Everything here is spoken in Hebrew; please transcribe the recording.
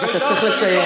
אתה צריך לסיים.